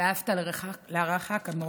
ואהבת לרעך כמוך.